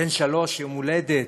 בן שלוש, יום הולדת.